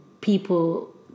people